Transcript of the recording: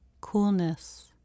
coolness